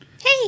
hey